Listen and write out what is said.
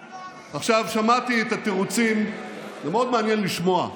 עכשיו, שמעתי את התירוצים, זה מאוד מעניין לשמוע.